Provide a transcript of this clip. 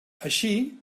així